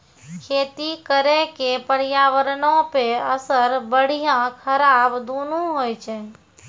खेती करे के पर्यावरणो पे असर बढ़िया खराब दुनू होय छै